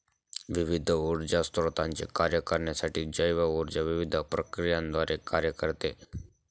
विविध ऊर्जा स्त्रोतांचे कार्य करण्यासाठी जैव ऊर्जा विविध प्रक्रियांद्वारे कार्य करते